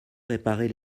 réparer